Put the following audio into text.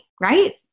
right